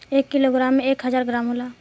एक किलोग्राम में एक हजार ग्राम होला